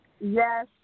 Yes